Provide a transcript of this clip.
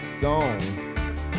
gone